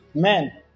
Men